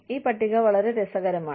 ഈ പട്ടിക വളരെ രസകരമാണ്